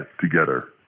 together